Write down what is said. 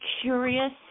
curious